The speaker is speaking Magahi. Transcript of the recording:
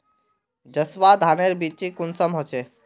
जसवा धानेर बिच्ची कुंसम होचए?